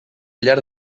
llarg